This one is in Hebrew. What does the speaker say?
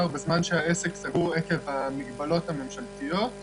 בזמן שהעסק סגור עקב המגבלות הממשלתיות,